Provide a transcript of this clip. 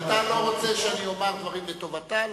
אתה לא רוצה שאני אומר דברים לטובתה,